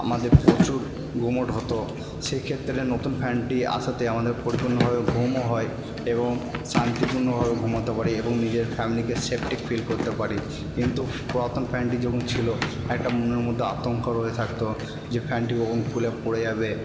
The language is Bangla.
আমাদের প্রচুর গুমোট হতো সেক্ষেত্রে নতুন ফ্যানটি আসাতে আমাদের পরিপূর্ণওভাবে ঘুমও হয় এবং শান্তিপূর্ণভাবে ঘুমোতে পারি এবং নিজের ফ্যামিলিকে সেফটি ফিল করতে পারি কিন্তু পুরাতন ফ্যানটি যখন ছিলো একটা মনে মধ্যে আতঙ্ক রয়ে থাকতো যে ফ্যানটি কখন খুলে পড়ে যাবে